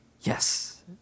Yes